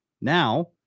Now